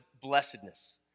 blessedness